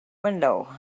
window